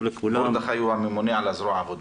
מרדכי הוא הממונה על זרוע העבודה.